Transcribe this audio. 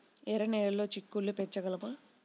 ఎర్ర నెలలో చిక్కుళ్ళు పెంచగలమా?